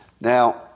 Now